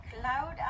Cloud